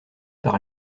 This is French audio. par